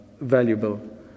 valuable